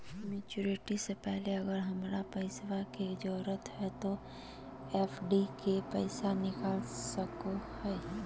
Maturity से पहले अगर हमरा पैसा के जरूरत है तो एफडी के पैसा निकल सको है?